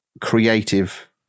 creative